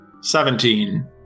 Seventeen